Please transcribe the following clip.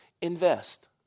Invest